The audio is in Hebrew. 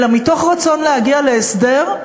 אלא מתוך רצון להגיע להסדר,